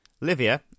Livia